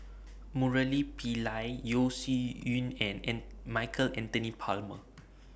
Murali Pillai Yeo Shih Yun and An Michael Anthony Palmer